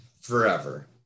forever